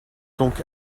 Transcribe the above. donc